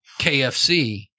KFC